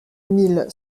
mille